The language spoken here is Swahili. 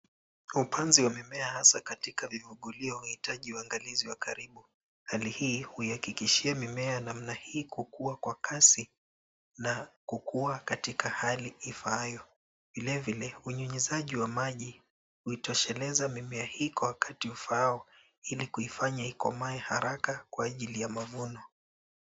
Upanzi wa mimea hasa katika vigugulio unahitaji uangalizi wa karibu, hali hii huihakikishia mimea ya namna hii kukua kwa kasi na kukua katika hali ifaayo. Vile, vile unyunyizaji wa maji huitosheleza mimea hii kwa wakati ufaao ili kuifanya ikomae haraka kwa ajili ya mavuno.